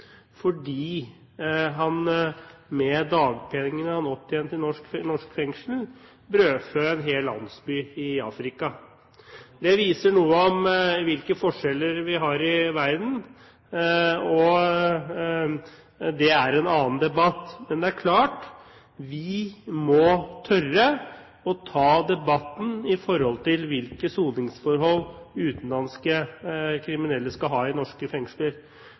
fordi han med dagpengene han opptjente i norsk fengsel, brødfødde en hel landsby i Afrika. Det sier noe om hvilke forskjeller vi har i verden – og det er en annen debatt. Men det er klart: Vi må tørre å ta debatten om hvilke soningsforhold utenlandske kriminelle skal ha i norske fengsler.